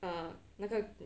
err 那个